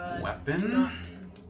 weapon